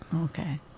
Okay